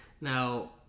Now